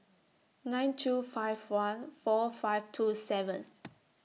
nine two five one four five two seven